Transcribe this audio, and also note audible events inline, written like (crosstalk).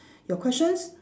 (breath) your questions